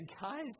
guys